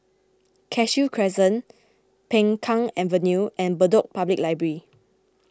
Cashew Crescent Peng Kang Avenue and Bedok Public Library